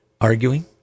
arguing